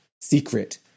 secret